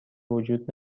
وجود